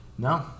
No